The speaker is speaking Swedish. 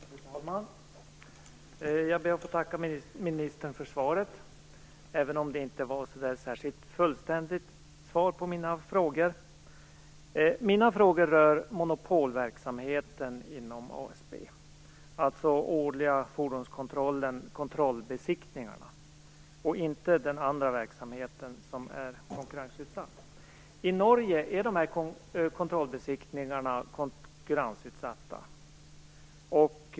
Fru talman! Jag ber att få tacka ministern för svaret, även om det inte var fullständigt. Mina frågor rör monopolverksamheten inom ASB, dvs. årliga fordonskontrollen, kontrollbesiktningarna, och inte den andra verksamheten som är konkurrensutsatt. I Norge är dessa kontrollbesiktningar konkurrensutsatta.